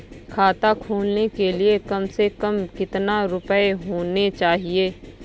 खाता खोलने के लिए कम से कम कितना रूपए होने चाहिए?